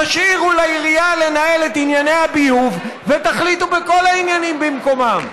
תשאירו לעירייה לנהל את ענייני הביוב ותחליטו בכל העניינים במקומן.